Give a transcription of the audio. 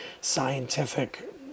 scientific